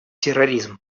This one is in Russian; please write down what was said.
терроризм